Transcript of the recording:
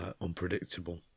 unpredictable